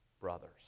brothers